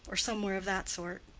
or somewhere of that sort.